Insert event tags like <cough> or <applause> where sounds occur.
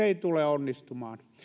<unintelligible> ei tule onnistumaan